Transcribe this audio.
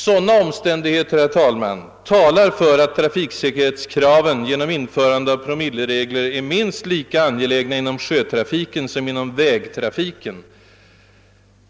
Sådana omständigheter talar för att trafiksäkerhetskraven och införandet av promilleregler är minst lika angelägna inom sjötrafiken som inom vägtrafiken.